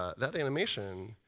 ah that animation,